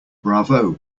bravo